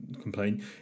complain